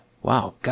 Wow